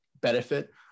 benefit